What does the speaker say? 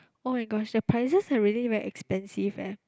oh-my-gosh the prices are really very expensive leh